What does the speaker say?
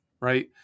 right